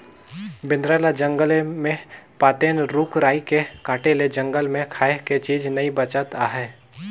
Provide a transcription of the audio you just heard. बेंदरा ल जंगले मे पातेन, रूख राई के काटे ले जंगल मे खाए के चीज नइ बाचत आहे